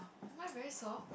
am I very soft